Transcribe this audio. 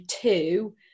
two